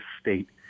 state